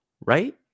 Right